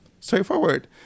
straightforward